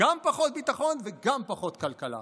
גם פחות ביטחון וגם פחות כלכלה".